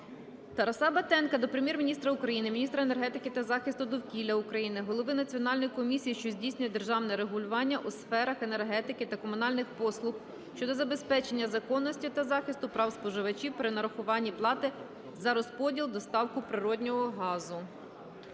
Тараса Батенка до Прем'єр-міністра України, міністра енергетики та захисту довкілля України, голови Національної комісії, що здійснює державне регулювання у сферах енергетики та комунальних послуг щодо забезпечення законності та захисту прав споживачів при нарахуванні плати за розподіл (доставку) природного газу.